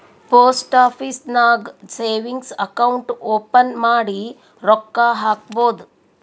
post office ನಾಗ್ savings account open ಮಾಡಿ ರೊಕ್ಕಾ ಹಾಕ್ಬೋದ್